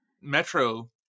metro